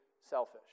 selfish